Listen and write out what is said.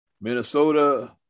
Minnesota